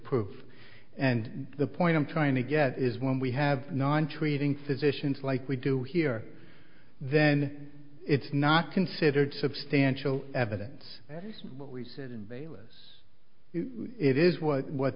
proof and the point i'm trying to get is when we have non treating physicians like we do here then it's not considered substantial evidence that's what we said bayless it is was what